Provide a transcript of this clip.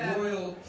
royal